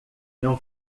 não